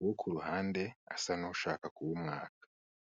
uwo ku ruhande asa n'ushaka kuwumwaka.